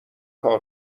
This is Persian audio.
کار